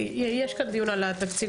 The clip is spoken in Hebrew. יש כאן דיון על התקציב.